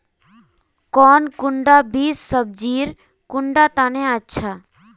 कौन कुंडा बीस सब्जिर कुंडा तने अच्छा?